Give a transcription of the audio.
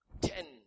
Ten